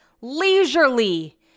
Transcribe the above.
leisurely